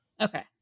Okay